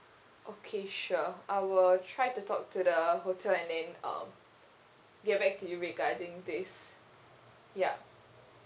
okay sure I will try to talk to the hotel and then um get back to you regarding this ya